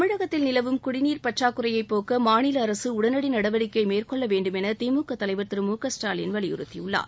தமிழகத்தில் நிலவும் குடிநீர் பற்றாக்குறையை போக்க மாநில அரசு உடனடி நடவடிக்கை மேற்கொள்ள வேண்டும் என திமுக தலைவர் திரு மு க ஸ்டாலின் வலியுறுத்தியுள்ளார்